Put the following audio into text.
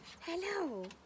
Hello